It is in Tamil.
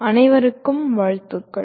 அனைவருக்கும் வாழ்த்துக்கள்